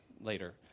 later